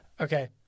Okay